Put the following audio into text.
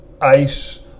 ice